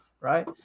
right